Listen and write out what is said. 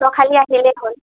তই খালী আহিলেই হ'ল